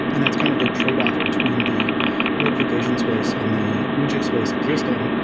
and that's kind of the trade-off between the notification space and the widget space existing,